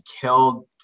killed